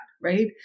right